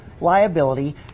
liability